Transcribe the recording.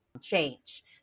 Change